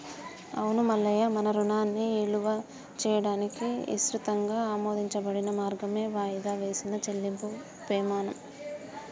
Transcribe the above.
అవును మల్లయ్య మన రుణాన్ని ఇలువ చేయడానికి ఇసృతంగా ఆమోదించబడిన మార్గమే వాయిదా వేసిన చెల్లింపుము పెమాణం